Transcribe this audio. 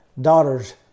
daughter's